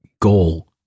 goal